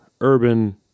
urban